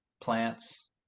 plants